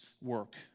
work